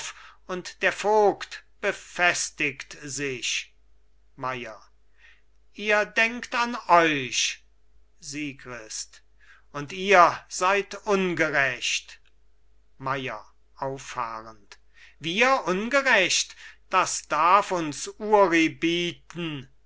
und der vogt befestigt sich meier ihr denkt an euch sigrist und ihr seid ungerecht meier auffahrend wir ungerecht das darf uns uri bieten